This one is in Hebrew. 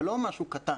זה לא משהו קטן.